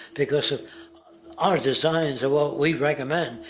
because of our designs of what we've recommend.